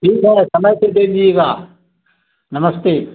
ठीक है समय से दे दीजिएगा नमस्ते